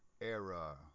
Era